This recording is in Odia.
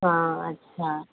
ହଁ ଆଚ୍ଛା